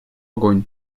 огонь